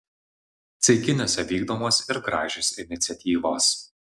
ceikiniuose vykdomos ir gražios iniciatyvos